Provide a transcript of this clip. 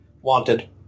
Wanted